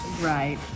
Right